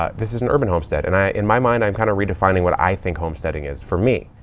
ah this is an urban homestead. and i, in my mind i'm kind of redefining what i think homesteading is, for me.